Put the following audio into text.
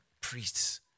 priests